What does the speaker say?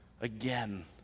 again